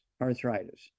arthritis